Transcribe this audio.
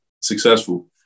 successful